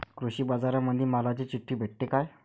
कृषीबाजारामंदी मालाची चिट्ठी भेटते काय?